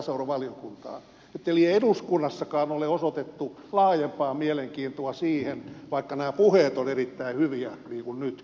eli ei eduskunnassakaan ole osoitettu laajempaa mielenkiintoa siihen vaikka nämä puheet ovat erittäin hyviä niin kuin nytkin